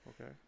Okay